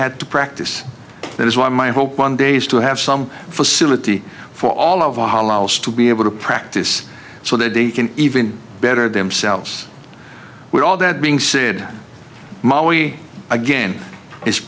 had to practice that is why my hope one day is to have some facility for all of the hols to be able to practice so that they can even better themselves with all that being said molly again i